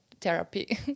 therapy